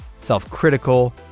self-critical